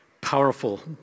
powerful